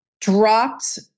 dropped